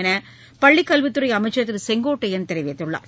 என்று பள்ளிக் கல்வித் துறை அமைச்சர் திரு செங்கோட்டையன் தெரிவித்துள்ளார்